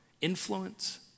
influence